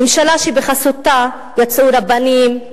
ממשלה שבחסותה יצאו רבנים,